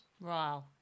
Wow